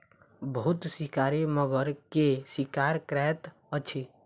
बहुत शिकारी मगर के शिकार करैत अछि